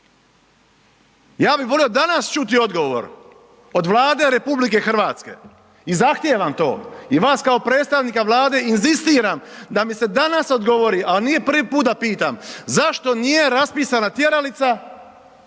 Ja bih volio danas čuti odgovor od Vlade RH i zahtijevam to i vas kao predstavnika Vlade inzistiram da mi se danas odgovori, a nije prvi put da pitam, zašto nije raspisana tjeralica